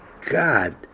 God